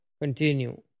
continue